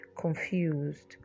confused